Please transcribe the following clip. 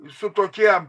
su tokie